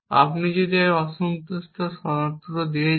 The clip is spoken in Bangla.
আপনি যদি একটি অসন্তুষ্ট সূত্র দিয়ে দেন